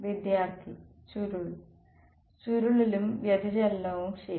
വിദ്യാർത്ഥി ചുരുൾ ചുരുളലും വ്യതിചലനവും ശരി